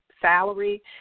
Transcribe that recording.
salary